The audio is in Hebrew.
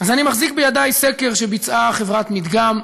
אני מחזיק בידי סקר שביצעה חברת "מדגם",